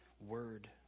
word